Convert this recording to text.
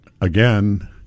again